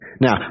Now